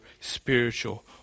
spiritual